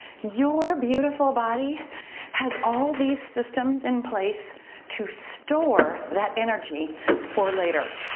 your beautiful body has all these systems in place to store that energy for later.